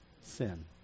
sin